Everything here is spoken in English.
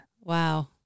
Wow